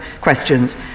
questions